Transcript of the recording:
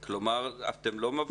כלומר, אתם לא מבטיחים,